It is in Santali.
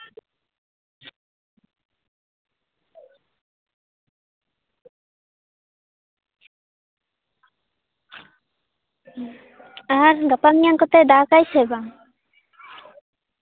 ᱟᱨ ᱜᱟᱯᱟ ᱢᱮᱭᱟᱝ ᱠᱚᱛᱮᱭ ᱫᱟᱜᱟ ᱥᱮ ᱵᱟᱝ